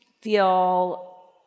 feel